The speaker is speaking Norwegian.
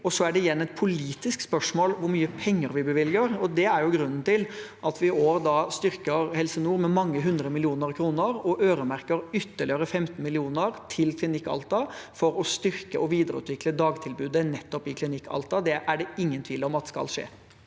Så er det igjen et politisk spørsmål hvor mye penger vi bevilger. Det er grunnen til at vi i år styrker Helse nord med mange hundre millioner kroner og øremerker ytterligere 15 mill. kr til Klinikk Alta for å styrke og videreutvikle dagtilbudet nettopp i Klinikk Alta. Det er det ingen tvil om at skal skje.